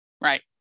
Right